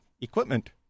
equipment